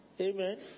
Amen